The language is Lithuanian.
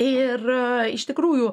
ir iš tikrųjų